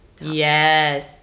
Yes